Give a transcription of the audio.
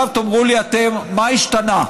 עכשיו, תאמרו לי אתם: מה השתנה?